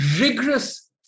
rigorous